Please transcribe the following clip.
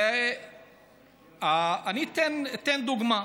אני אתן דוגמה.